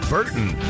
Burton